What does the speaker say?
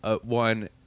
one